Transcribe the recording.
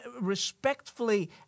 respectfully